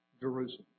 Jerusalem